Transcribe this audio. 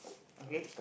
okay